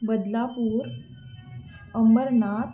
Badlapur Ambernath